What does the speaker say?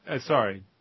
sorry